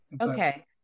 Okay